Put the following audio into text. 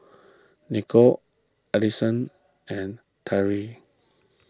Nicole Alisson and Tyree